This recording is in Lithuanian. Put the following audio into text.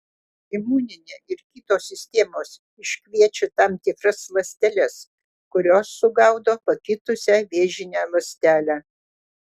imuninė ir kitos sistemos iškviečia tam tikras ląsteles kurios sugaudo pakitusią vėžinę ląstelę